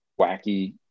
wacky